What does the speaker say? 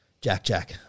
Jack-Jack